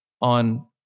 on